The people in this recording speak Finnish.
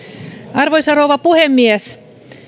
arvoisa rouva puhemies